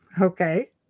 Okay